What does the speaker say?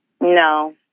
no